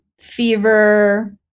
Fever